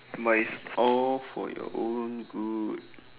but it's all for your own good